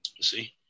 See